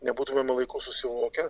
nebūtumėme laiku susivokę